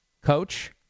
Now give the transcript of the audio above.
coach